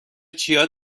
چیا